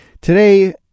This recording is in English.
Today